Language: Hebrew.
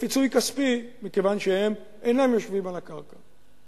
בפיצוי כספי, מכיוון שהם אינם יושבים על הקרקע.